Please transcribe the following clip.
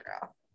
girl